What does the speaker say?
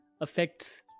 affects